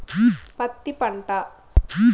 పత్తి పంట